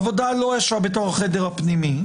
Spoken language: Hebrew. עבודה לא ישבה בתוך החדר הפנימי,